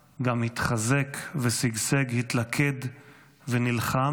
גם התחזק ושגשג, התלכד ונלחם,